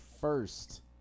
first